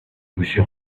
گوشی